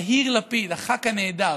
יהיר לפיד, הח"כ הנעדר,